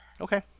Okay